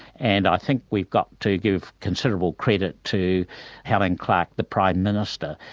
and i think we've got to give considerable credit to helen clarke, the prime minister,